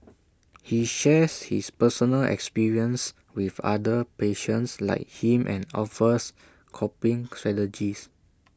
he shares his personal experiences with other patients like him and offers coping strategies